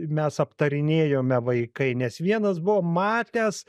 mes aptarinėjome vaikai nes vienas buvo matęs